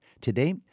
Today